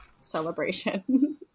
celebration